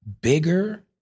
bigger